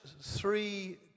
three